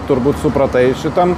turbūt supratai šitam